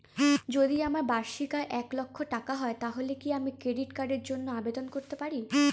যদি আমার বার্ষিক আয় এক লক্ষ টাকা হয় তাহলে কি আমি ক্রেডিট কার্ডের জন্য আবেদন করতে পারি?